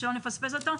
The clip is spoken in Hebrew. שלא נפספס אותו.